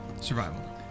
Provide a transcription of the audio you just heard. Survival